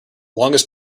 longest